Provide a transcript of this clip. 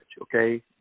okay